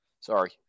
Sorry